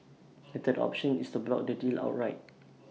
A third option is to block the deal outright